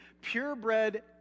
purebred